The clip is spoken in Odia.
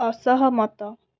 ଅସହମତ